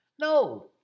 No